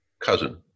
cousin